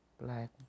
black